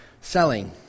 selling